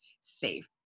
safe